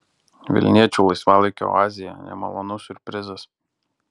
vilniečių laisvalaikio oazėje nemalonus siurprizas